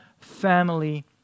family